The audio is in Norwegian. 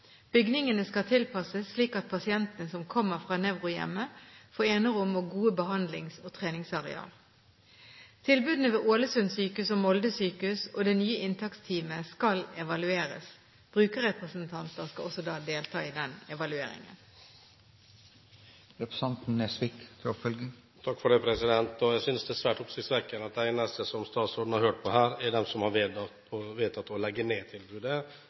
Bygningene skal tilpasses, slik at pasientene som kommer fra Nevrohjemmet, får enerom og gode behandlings- og treningsareal. Tilbudene ved Ålesund sjukehus og Molde sjukehus og det nye inntaksteamet skal evalueres. Brukerrepresentanter skal også delta i den evalueringen. Jeg synes det er svært oppsiktsvekkende at de eneste som statsråden har hørt på her, er de som har vedtatt å